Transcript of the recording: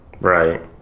right